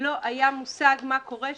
לא היה מושג מה קורה שם,